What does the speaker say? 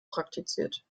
praktiziert